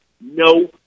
No